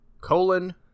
colon